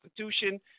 Constitution